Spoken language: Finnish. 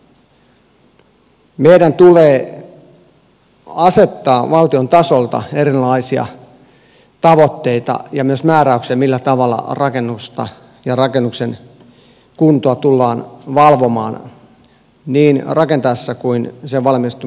meidän tulee asettaa valtion tasolta erilaisia tavoitteita ja myös määräyksiä millä tavalla rakennusta ja rakennuksen kuntoa tullaan valvomaan niin rakentaessa kuin sen valmistumisen jälkeenkin